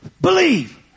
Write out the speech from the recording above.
Believe